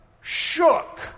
shook